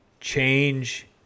change